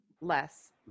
less